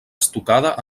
estucada